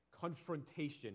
confrontation